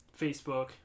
Facebook